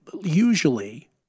usually